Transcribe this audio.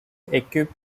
equipped